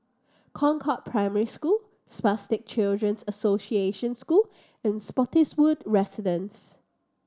Concord Primary School Spastic Children's Association School and Spottiswoode Residences